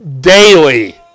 daily